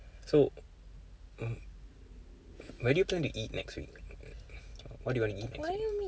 so mm where do you plan to eat next week what do you want to eat